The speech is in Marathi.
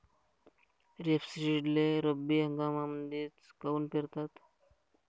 रेपसीडले रब्बी हंगामामंदीच काऊन पेरतात?